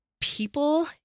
people